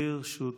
לרשותך.